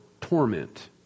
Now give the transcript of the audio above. torment